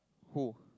who